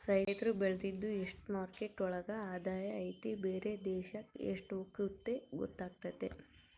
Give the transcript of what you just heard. ರೈತ್ರು ಬೆಳ್ದಿದ್ದು ಎಷ್ಟು ಮಾರ್ಕೆಟ್ ಒಳಗ ಆದಾಯ ಐತಿ ಬೇರೆ ದೇಶಕ್ ಎಷ್ಟ್ ಹೋಗುತ್ತೆ ಗೊತ್ತಾತತೆ